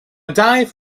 dive